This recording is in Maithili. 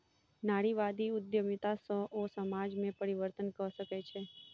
नारीवादी उद्यमिता सॅ ओ समाज में परिवर्तन कय सकै छै